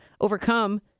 overcome